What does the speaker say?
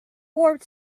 warp